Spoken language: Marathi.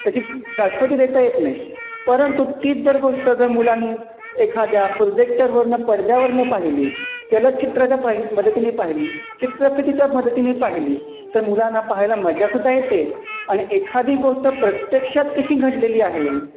अशी शाश्वती देता येत नाही परंतु तीच जर गोष्ट जर मुलांनी एखाद्या प्रोजेक्टरवरून पडद्यावरून पाहिली चलचित्राच्या पाहि मदतीने पाहिली चित्रफतीच्या मदतीने पाहिली तर मुलांना पाहायला मजा सुद्धा येते आणि एखादी गोष्ट प्रत्यक्षात कशी घडलेली आहे